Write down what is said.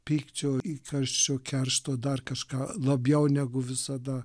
pykčio įkarščio keršto dar kažką labiau negu visada